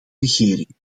regering